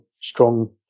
strong